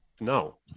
no